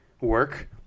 work